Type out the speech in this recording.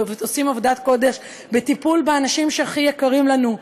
עושים עבודת קודש בטיפול באנשים שהכי יקרים לנו,